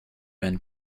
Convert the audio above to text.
been